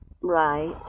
Right